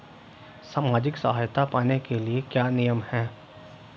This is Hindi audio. सामाजिक सहायता पाने के लिए क्या नियम हैं?